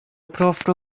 prostu